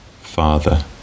Father